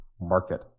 market